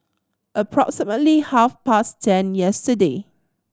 approximately half past ten yesterday